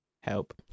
help